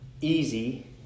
easy